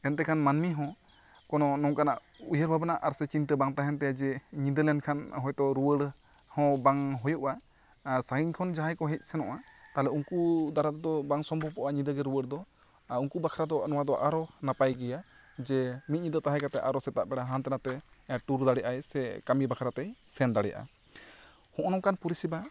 ᱮᱱᱛᱮᱠᱷᱟᱱ ᱢᱟᱹᱱᱢᱤ ᱦᱚᱸ ᱠᱚᱱᱚ ᱱᱚᱝᱠᱟᱱᱟᱜ ᱩᱭᱷᱟᱹᱨ ᱵᱷᱟᱵᱽᱱᱟ ᱟᱨ ᱥᱮ ᱪᱤᱱᱛᱟ ᱵᱟᱝ ᱛᱟᱦᱮᱱ ᱛᱟᱭᱟ ᱡᱮ ᱧᱤᱫᱟᱹ ᱞᱮᱱ ᱠᱷᱟᱱ ᱦᱚᱭ ᱛᱚ ᱨᱩᱣᱟᱹᱲ ᱦᱚᱸ ᱵᱟᱝ ᱦᱩᱭᱩᱜᱼᱟ ᱟᱨ ᱥᱟᱺᱜᱤᱧ ᱠᱷᱚᱱ ᱡᱟᱦᱟᱭ ᱠᱚ ᱦᱮᱡ ᱥᱮᱱᱚᱜᱼᱟ ᱛᱟᱦᱚᱞᱮ ᱩᱱᱠᱩ ᱛᱟᱨᱟᱯᱷ ᱫᱚ ᱵᱟᱝ ᱥᱟᱢᱵᱷᱟᱣ ᱠᱚᱜᱼᱟ ᱨᱩᱣᱟᱹᱲ ᱫᱚ ᱩᱱᱠᱩ ᱵᱟᱠᱷᱨᱟ ᱫᱚ ᱱᱚᱣᱟ ᱫᱚ ᱟᱨᱚ ᱱᱟᱯᱟᱭ ᱜᱮᱭᱟ ᱡᱮ ᱢᱤᱫ ᱧᱤᱫᱟᱹ ᱛᱟᱦᱮᱸ ᱠᱟᱛᱮ ᱟᱨ ᱦᱚᱸ ᱥᱮᱛᱟᱜ ᱵᱮᱲᱟ ᱦᱟᱱᱛᱮ ᱱᱷᱟᱛᱮ ᱴᱩᱨ ᱫᱟᱬᱮᱭᱟᱜᱼᱟᱭ ᱥᱮ ᱠᱟᱹᱢᱤ ᱵᱟᱠᱷᱨᱟ ᱛᱮ ᱥᱮᱱ ᱫᱟᱲᱮᱭᱟᱜᱼᱟᱭ ᱦᱚᱜᱼᱚᱭ ᱱᱚᱝᱠᱟᱱ ᱯᱚᱨᱤᱥᱮᱵᱟ